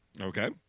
Okay